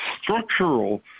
structural